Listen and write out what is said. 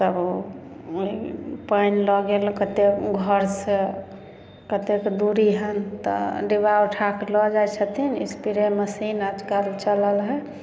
तब पानि लऽ गेल कते घर सँ कतेक दुरी हन तऽ डिब्बा उठा कऽ लऽ जाइ छथिन स्प्रे मशीन आजकल चलल हइ